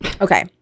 Okay